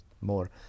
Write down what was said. more